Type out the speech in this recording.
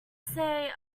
say